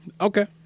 Okay